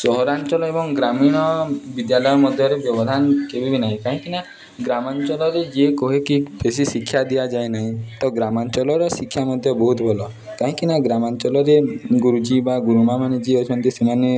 ସହରାଞ୍ଚଳ ଏବଂ ଗ୍ରାମୀଣ ବିଦ୍ୟାଳୟ ମଧ୍ୟରେ ବ୍ୟବଧାନ କେବେ ବି ନାହିଁ କାହିଁକିନା ଗ୍ରାମାଞ୍ଚଳରେ ଯିଏ କହେକି ବେଶୀ ଶିକ୍ଷା ଦିଆଯାଏ ନାହିଁ ତ ଗ୍ରାମାଞ୍ଚଳର ଶିକ୍ଷା ମଧ୍ୟ ବହୁତ ଭଲ କାହିଁକିନା ଗ୍ରାମାଞ୍ଚଳରେ ଗୁରୁଜୀ ବା ଗୁରୁମା'ମାନେ ଯିଏ ଅଛନ୍ତି ସେମାନେ